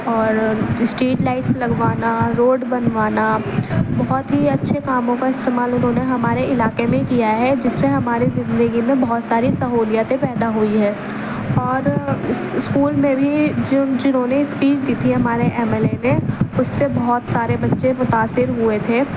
اور street lights لگوانا road بنوانا بہت ہی اچھے کاموں کا استعمال انہوں نے ہمارے علاقے میں کیا ہے جس سے ہماری زندگی میں بہت ساری سہولیتیں پیدا ہوئی ہیں اور اسکول میں بھی جنہوں نے اسپیچ دی تھی ہمارے ایم ایل اے نے اس سے بہت سارے بچے متاثر ہوئے تھے